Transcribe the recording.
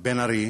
בן ארי,